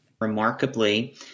Remarkably